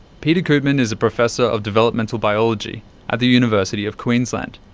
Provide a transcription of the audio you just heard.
peter koopman is professor of developmental biology at the university of queensland,